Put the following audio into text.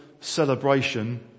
celebration